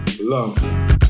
Love